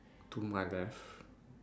to my left